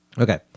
Okay